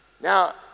Now